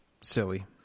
silly